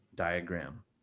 diagram